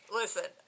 listen